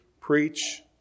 preach